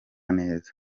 neza